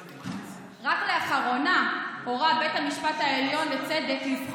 חבר הכנסת לוין, בוא נקשיב לדברים